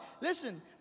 Listen